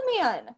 man